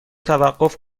توقف